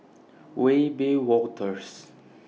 Wiebe Wolters